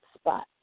spot